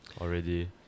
Already